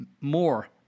more